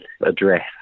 address